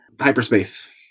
hyperspace